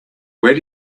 where